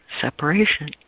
separation